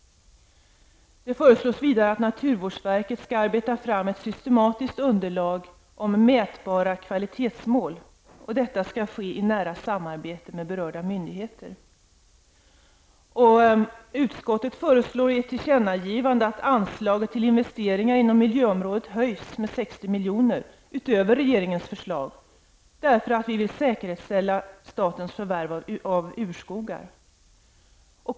Det föreslås vidare att naturvårdsverket skall arbeta fram ett systematiskt underlag för mätbara kvalitetsmål. Detta skall ske i nära samarbete med berörda myndigheter. Utskottet föreslår i ett tillkännagivande att anslaget till investeringar inom miljöområdet höjs med 60 miljoner utöver regeringens förslag, därför att vi vill säkerställa statens förvärv av urskogar.